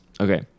Okay